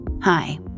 Hi